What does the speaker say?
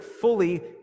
fully